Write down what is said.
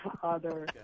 father